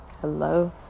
hello